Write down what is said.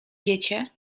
dziecię